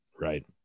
Right